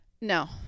no